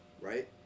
right